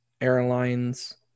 airlines